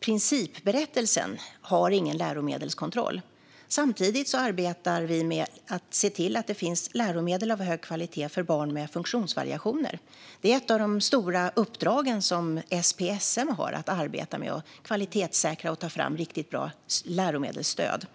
principberättelsen, har ingen läromedelskontroll. Samtidigt arbetar vi med att se till att det finns läromedel av hög kvalitet för barn med funktionsvariationer. Det är ett av de stora uppdragen som SPSM har att arbeta med, det vill säga att kvalitetssäkra och ta fram riktigt bra läromedelsstöd.